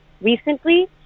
recently